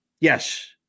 yes